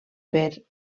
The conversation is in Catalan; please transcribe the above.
per